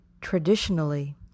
Traditionally